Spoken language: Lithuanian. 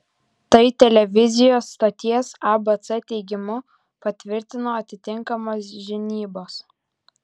tai televizijos stoties abc teigimu patvirtino atitinkamos žinybos